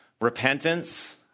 repentance